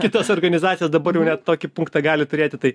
kitos organizacijos dabar jau net tokį punktą gali turėti tai